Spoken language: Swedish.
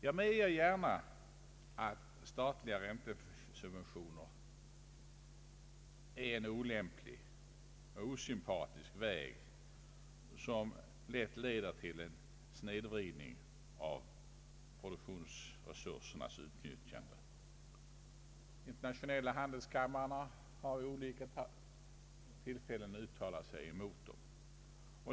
Jag medger gärna att beviljandet av statliga räntesubventioner är en olämplig och osympatisk väg som lätt leder till en snedvridning av produktionsresursernas utnyttjande. Den internationella handelskammaren har vid olika tillfällen uttalat sig emot dem.